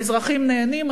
האזרחים נהנים,